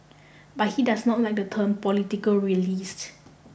but he does not like the term political realist